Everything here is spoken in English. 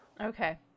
Okay